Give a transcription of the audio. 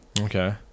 Okay